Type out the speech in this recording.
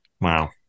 Wow